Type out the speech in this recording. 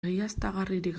egiaztagarririk